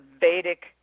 Vedic